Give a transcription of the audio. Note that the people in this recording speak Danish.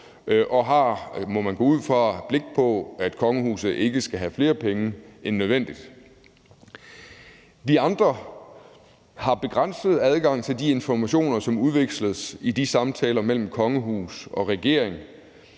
ud fra, øje med, at kongehuset ikke skal have flere penge end nødvendigt. Vi andre har begrænset adgang til de informationer, som udveksles i de samtaler mellem kongehus og regering,